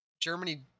Germany